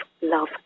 love